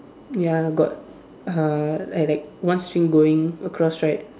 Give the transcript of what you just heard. ya got uh I like one swing going across right